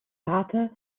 vater